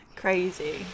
Crazy